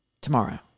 tomorrow